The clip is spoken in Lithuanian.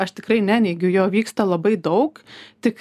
aš tikrai neneigiu jo vyksta labai daug tik